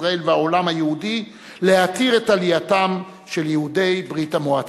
ישראל והעולם היהודי להתיר את עלייתם של יהודי ברית-המועצות.